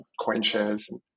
CoinShares